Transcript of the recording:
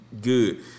good